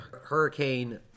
hurricane